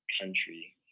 country